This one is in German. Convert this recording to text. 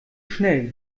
schnell